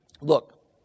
look